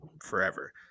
forever